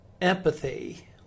empathy